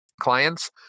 clients